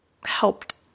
helped